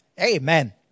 Amen